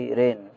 rain